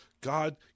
god